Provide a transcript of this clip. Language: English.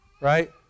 right